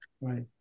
Right